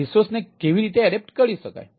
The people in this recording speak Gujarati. રિસોર્સને કેવી રીતે એડેપ્ટેડ કરી શકાય